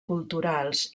culturals